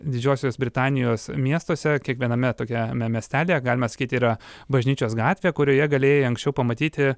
didžiosios britanijos miestuose kiekviename tokiame miestelyje galime sakyti yra bažnyčios gatvė kurioje galėjai anksčiau pamatyti